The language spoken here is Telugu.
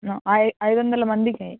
ఐ ఐదు వందల మందికి